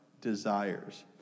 desires